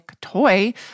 toy